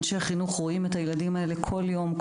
אנשי חינוך רואים את הילדים האלה כל יום,